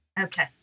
Okay